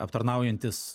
ir aptarnaujantys